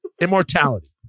immortality